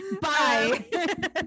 Bye